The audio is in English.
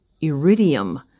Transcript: iridium